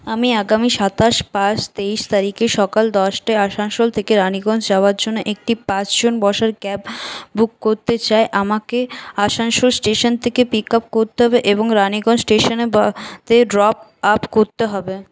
আমি আগামী সাতাশ পাঁচ তেইশ তারিখে সকাল দশটায় আসানসোল থেকে রানিগঞ্জ যাওয়ার জন্য একটি পাঁচ জন বসার ক্যাব বুক করতে চাই আমাকে আসানসোল স্টেশন থেকে পিক আপ করতে হবে এবং রানিগঞ্জ স্টেশনে বা তে ড্রপ আপ করতে হবে